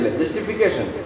justification